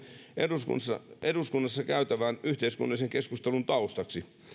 eduskunnassa eduskunnassa käytävän yhteiskunnallisen keskustelun taustaksi